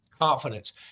confidence